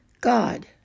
God